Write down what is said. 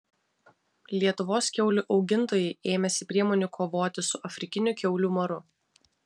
lietuvos kiaulių augintojai ėmėsi priemonių kovoti su afrikiniu kiaulių maru